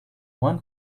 one